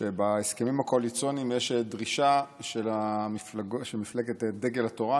שבהסכמים הקואליציוניים יש דרישה של מפלגת דגל התורה,